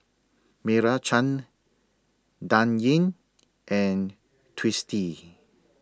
Meira Chand Dan Ying and Twisstii